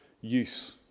use